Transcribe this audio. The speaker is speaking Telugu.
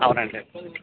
అవునండి